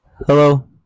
Hello